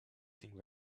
getting